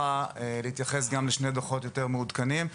להתייחס לשני דוחות יותר מעודכנים,